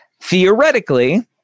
theoretically